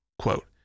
quote